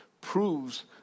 proves